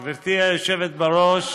גברתי היושבת-ראש